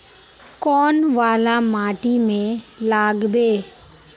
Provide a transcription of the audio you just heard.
कौन वाला माटी में लागबे?